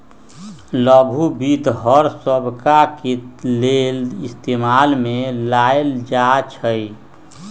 लघु वित्त हर तबका के लेल इस्तेमाल में लाएल जाई छई